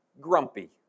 grumpy